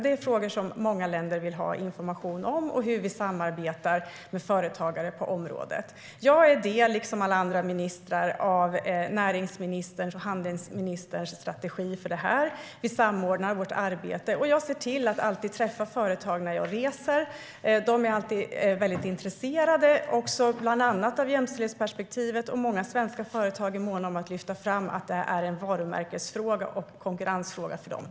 Det är frågor som många länder vill ha information om liksom hur vi samarbetar med företagare på området. Jag är liksom andra ministrar en del av näringsministerns och handelsministerns strategi för detta. Vi samordnar vårt arbete. Jag ser till att alltid träffa företag när jag reser. De är alltid väldigt intresserade av bland annat jämställdhetsperspektivet. Många svenska företag är måna om att lyfta fram att det är en varumärkes och konkurrensfråga för dem.